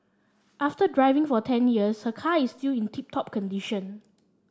after driving for ten years her car is still in tip top condition